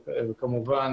וכמובן,